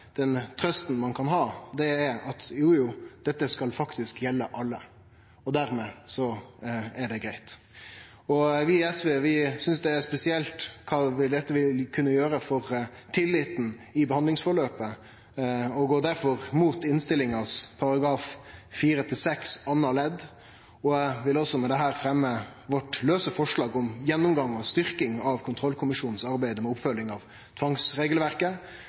Den trøysta ein kan ha, er: Jo, jo, dette skal faktisk gjelde alle, og dermed er det greitt. Vi i SV synest det er spesielt kva dette vil kunne gjere for tilliten i behandlingsforløpet og går derfor mot innstillingas § 4-6 andre ledd. Eg vil med dette også fremje vårt lause forslag, om gjennomgang og styrking av kontrollkommisjonen sitt arbeid med oppfølging av tvangsregelverket.